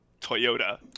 Toyota